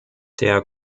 der